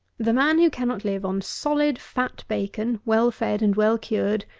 the man who cannot live on solid fat bacon, well-fed and well-cured,